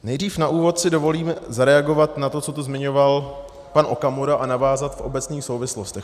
Nejdřív na úvod si dovolím zareagovat na to, co tu zmiňoval pan Okamura, a navázat v obecných souvislostech.